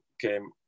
came